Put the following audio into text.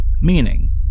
meaning